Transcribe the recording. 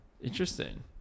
Interesting